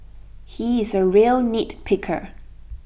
he is A real nitpicker